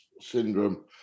syndrome